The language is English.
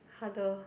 harder